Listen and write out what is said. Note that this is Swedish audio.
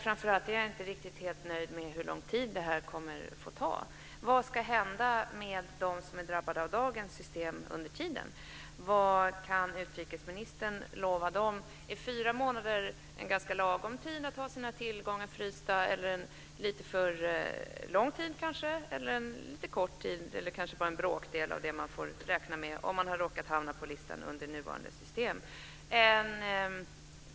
Framför allt är jag inte riktigt nöjd med hur lång tid detta kommer att ta. Vad ska hända med dem som är drabbade av dagens system under tiden? Vad kan utrikesministern lova dem? Är fyra månader en lagom lång tid att ha sina tillgångar frysta, är det lite för lång tid eller kanske lite för kort tid? Eller är det kanske bara en bråkdel av det man får räkna med om man har råkat hamna på listan med det nuvarande systemet?